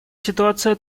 ситуация